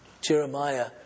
Jeremiah